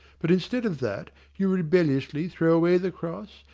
but instead of that you rebelliously throw away the cross,